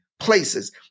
places